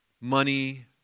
Money